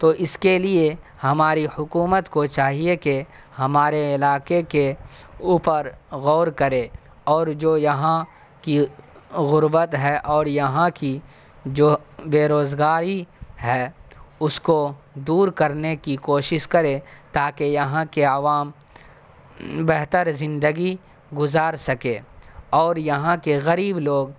تو اس کے لیے ہماری حکومت کو چاہیے کہ ہمارے علاقے کے اوپر غور کرے اور جو یہاں کی غربت ہے اور یہاں کی جو بے روزگاری ہے اس کو دور کرنے کی کوشس کرے تاکہ یہاں کے عوام بہتر زندگی گزار سکے اور یہاں کے غریب لوگ